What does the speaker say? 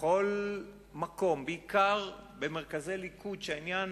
בכל מקום, בעיקר במרכזי הליכוד, כשהעניין,